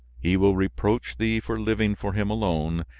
he will reproach thee for living for him alone,